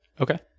okay